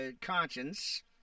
conscience